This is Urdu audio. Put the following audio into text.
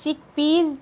چک پیز